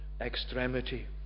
extremity